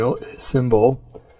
symbol